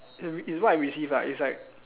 uh is what I received ah is like